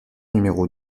numéro